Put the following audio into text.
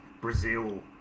Brazil